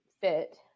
fit